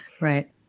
Right